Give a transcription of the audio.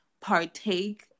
partake